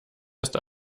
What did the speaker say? erst